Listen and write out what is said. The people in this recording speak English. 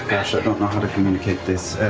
actually, i don't know how to communicate this.